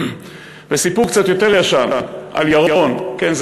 וסיפור קצת יותר ישן על ירון כן,